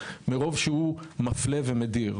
מרוב שהוא מפלה ומדיר.